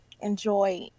enjoy